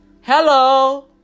Hello